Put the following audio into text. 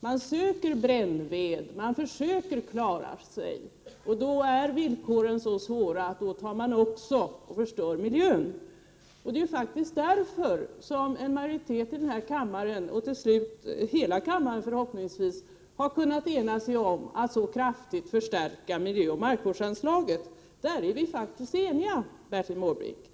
Man söker brännved, man försöker klara sig, och då är villkoren så svåra att man också förstör miljön. Det är faktiskt därför som en majoritet i denna kammare — och till slut hela kammaren, förhoppningsvis — kan ena sig om att så kraftigt förstärka miljöoch markvårdsanslaget. Därvidlag är vi eniga, Bertil Måbrink.